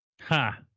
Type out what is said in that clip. Ha